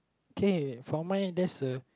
okay for mine there's a